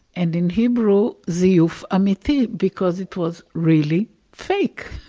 and in hebrew ziuf amiti, because it was really fake,